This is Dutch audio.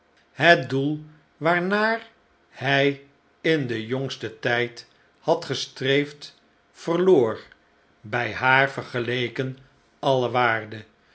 het doel waarnaar hij in den jongsten tijd had gestreefd verloor bij haar vergeleken alle waarde